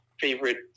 favorite